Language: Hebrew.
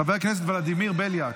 חבר כנסת ולדימיר בליאק,